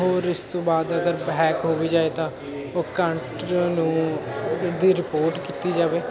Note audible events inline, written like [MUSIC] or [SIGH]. ਹੋਰ ਇਸ ਤੋਂ ਬਾਅਦ ਅਗਰ ਹੈਕ ਹੋ ਵੀ ਜਾਏ ਤਾਂ ਉਹ [UNINTELLIGIBLE] ਨੂੰ ਉਹਦੀ ਰਿਪੋਰਟ ਕੀਤੀ ਜਾਵੇ